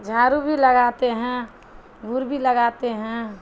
جھاڑو بھی لگاتے ہیں گور بھی لگاتے ہیں